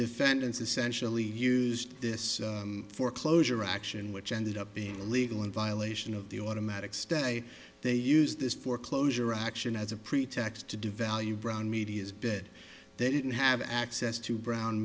defendants essentially used this foreclosure auction which ended up being illegal in violation of the automatic stay they use this foreclosure auction as a pretext to devalue brown media's bid they didn't have access to brown